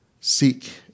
seek